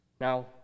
Now